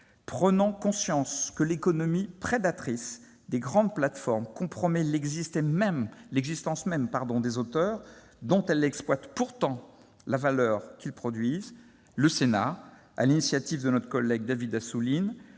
Prenant conscience que l'économie prédatrice des grandes plateformes compromet l'existence même des auteurs dont elles exploitent pourtant la valeur qu'ils produisent, le Sénat, sur l'initiative de notre collègue David Assouline,